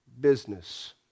business